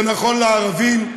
זה נכון לערבים,